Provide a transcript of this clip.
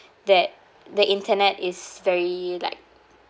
that the internet is very like